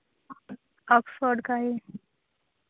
Oxford का ही